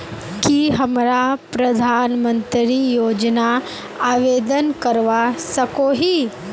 की हमरा प्रधानमंत्री योजना आवेदन करवा सकोही?